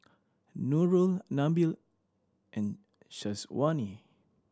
Nurul Nabil and Syazwani